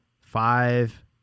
five